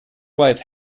wife